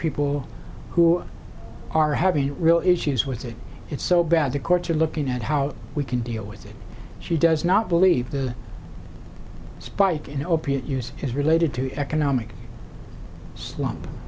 people who are having real issues with it it's so bad the courts are looking at how we can deal with it she does not believe the a spike in opiate use is related to economic slump